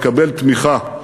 לקבל תמיכה,